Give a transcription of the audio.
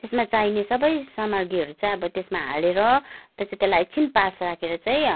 त्यसमा चाहिने सबै सामग्रीहरू चाहिँ अब त्यसमा हालेर त्यो चाहिँ त्यसलाई एकछिन पास राखेर चाहिँ